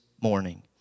morning